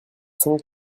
cent